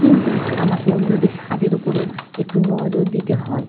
কিন্তু আমাকে অন্যদের স্বাদের উপরও একটু নজর দিতে হয়